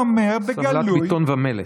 שלמת בטון ומלט.